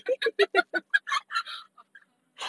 of course